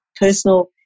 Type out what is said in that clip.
personal